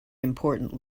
important